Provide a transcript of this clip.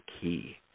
key